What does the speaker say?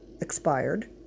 expired